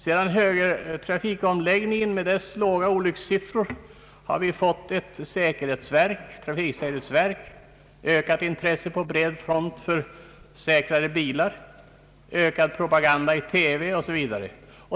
Sedan högertrafikomläggningen med dess låga olyckssiffror har vi fått ett trafiksäkerhetsverk, ökat intresse på bred front för säkrare bilar, ökad propaganda i TV osv.